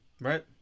Right